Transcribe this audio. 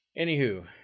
Anywho